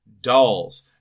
Dolls